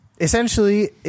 Essentially